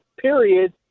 period